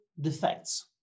defects